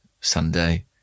Sunday